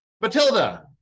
matilda